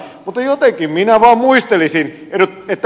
mutta jotenkin minä vaan muistelisin että ed